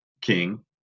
king